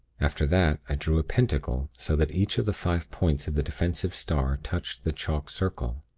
after that, i drew a pentacle, so that each of the five points of the defensive star touched the chalk circle.